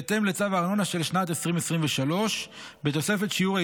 באשר מועד זה, של